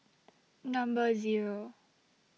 Number Zero